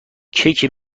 کیک